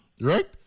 Right